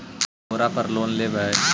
ओरापर लोन लेवै?